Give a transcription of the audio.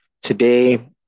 Today